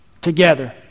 Together